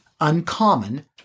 uncommon